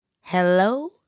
Hello